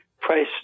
price